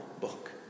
book